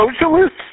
socialists